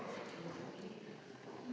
Hvala